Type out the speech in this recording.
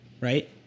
right